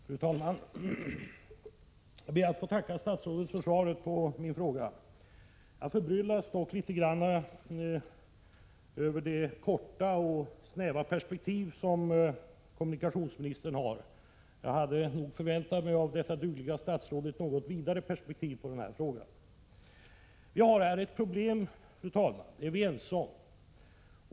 Fru talman! Jag ber att få tacka statsrådet för svaret på min fråga. Jag förbryllas dock litet grand över det korta och snäva perspektiv som kommunikationsministern har. Jag hade nog av detta dugliga statsråd förväntat mig ett något vidare perspektiv på denna fråga. Vi har ett problem, fru talman, det är vi ense om.